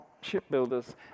shipbuilders